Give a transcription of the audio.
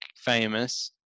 famous